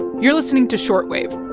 you're listening to short wave.